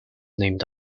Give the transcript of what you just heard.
named